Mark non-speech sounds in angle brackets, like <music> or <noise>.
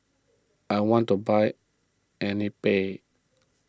I want to buy <unintelligible>